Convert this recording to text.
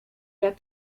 jak